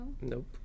Nope